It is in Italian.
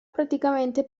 praticamente